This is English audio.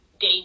day